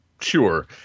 Sure